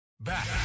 back